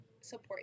support